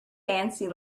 fancy